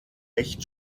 nicht